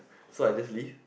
so I just leave